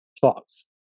Thoughts